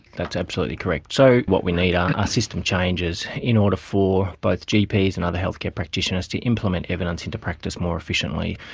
that's absolutely correct. so we need are system changes in order for but gps and other healthcare practitioners to implement evidence into practice more efficiently.